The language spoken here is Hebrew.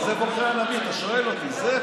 אנרכיה.